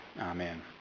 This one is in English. Amen